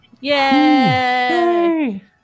Yay